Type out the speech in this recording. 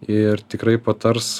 ir tikrai patars